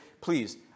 Please